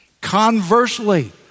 Conversely